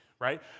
right